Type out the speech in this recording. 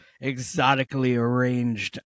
exotically-arranged